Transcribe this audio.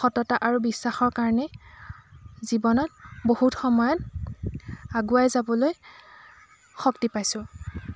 সততা আৰু বিশ্বাসৰ কাৰণেই জীৱনত বহুত সময়ত আগুৱাই যাবলৈ শক্তি পাইছোঁ